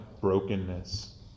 brokenness